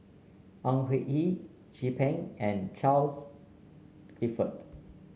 Au Hing Yee Chin Peng and Charles Clifford